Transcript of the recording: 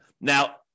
Now